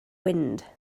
wind